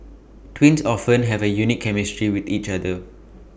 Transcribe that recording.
twins often have A unique chemistry with each other